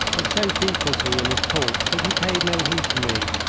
but so deep was he in his talk that he paid no heed to me,